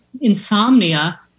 insomnia